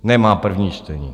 Nemá první čtení.